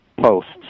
posts